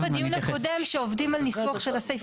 נמסר בדיון הקודם שעובדים על ניסוח של הסעיף.